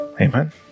Amen